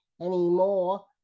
anymore